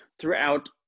throughout